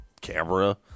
camera